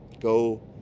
Go